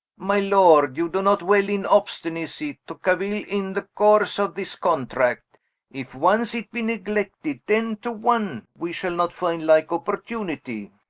my lord, you do not well in obstinacy, to cauill in the course of this contract if once it be neglected, ten to one we shall not finde like opportunity